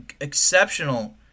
exceptional